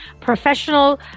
professional